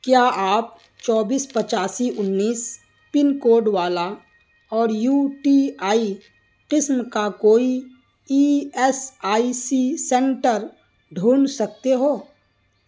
کیا آپ چوبیس پچاسی انیس پنکوڈ والا اور یو ٹی آئی قسم کا کوئی E S I C centre ڈھونڈ سکتے ہو